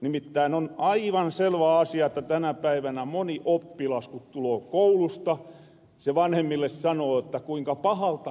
nimittäin on aivan selvä asia että tänä päivänä moni oppilas ku tuloo koulusta se vanhemmille sanoo jotta kuinka pahalta tuntuu